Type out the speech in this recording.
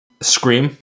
Scream